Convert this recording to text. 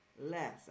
Less